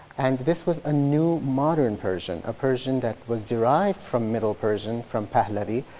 and this was a new modern persian, a persian that was derived from middle persian, from pahlavi,